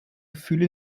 gefühle